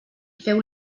feu